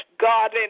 God